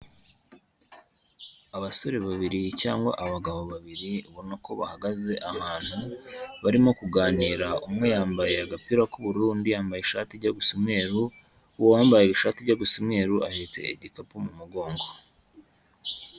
Abasore babiri cyangwa abagabo babiri ubona ko bahagaze ahantu barimo kuganira, umwe yambaye agapira k'ubururu, undi yambaye ishati ijya gusa umweru, uwambaye ishati ijya gusa umweru ahetse igikapu mu mugongo.